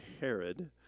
Herod